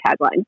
tagline